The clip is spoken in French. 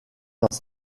dans